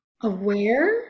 aware